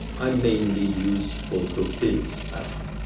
i mainly use photopills app,